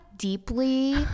Deeply